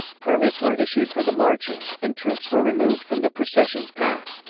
permits were issued for the marchers, and troops were removed from the procession's path.